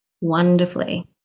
wonderfully